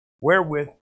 wherewith